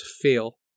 feel